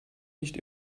nicht